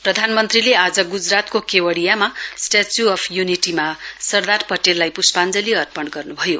प्रधानमन्त्री ले आज गुजरातको केवड़ियामा स्टैच्यू अफ यूनिटीमा सरदार पटेललाई पुष्पाञ्जली अपर्ण गर्नुभयो